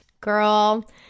Girl